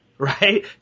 Right